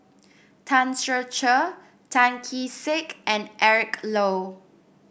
Tan Ser Cher Tan Kee Sek and Eric Low